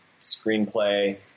screenplay